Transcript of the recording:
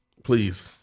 Please